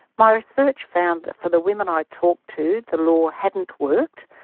my research found that for the women i talked to, the law hadn't worked.